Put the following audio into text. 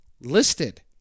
listed